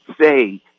say